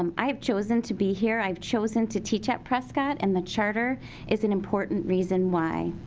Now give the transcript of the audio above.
um i have chosen to be here, i have chosen to teach at prescott. and the charter is an important reason why.